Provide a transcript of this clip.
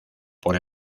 por